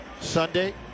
Sunday